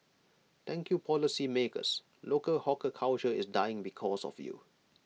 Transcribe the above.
thank you policymakers local hawker culture is dying because of you